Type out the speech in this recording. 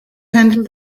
handle